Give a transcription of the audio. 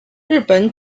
日本